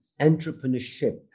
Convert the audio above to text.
entrepreneurship